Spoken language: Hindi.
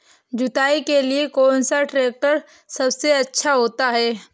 जुताई के लिए कौन सा ट्रैक्टर सबसे अच्छा होता है?